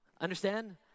Understand